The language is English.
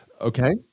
Okay